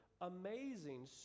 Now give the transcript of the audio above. amazing